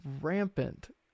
rampant